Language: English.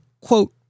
quote